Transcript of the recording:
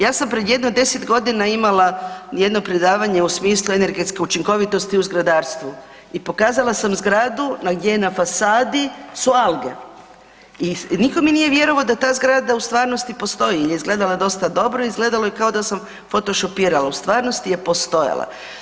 Ja sam pred jedno 10.g. imala jedno predavanje u smislu energetske učinkovitosti u zgradarstvu i pokazala sam zgradu gdje na fasadi su alge i niko mi nije vjerovao da ta zgrada u stvarnosti postoji jel je izgledala dosta dobro i izgledalo je kao da sam fotošopirala, u stvarnosti je postojala.